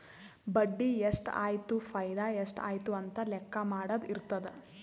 ಬಡ್ಡಿ ಎಷ್ಟ್ ಆಯ್ತು ಫೈದಾ ಎಷ್ಟ್ ಆಯ್ತು ಅಂತ ಲೆಕ್ಕಾ ಮಾಡದು ಇರ್ತುದ್